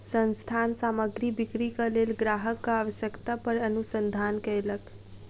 संस्थान सामग्री बिक्रीक लेल ग्राहकक आवश्यकता पर अनुसंधान कयलक